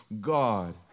God